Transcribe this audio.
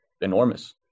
enormous